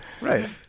Right